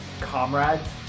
comrades